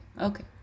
okay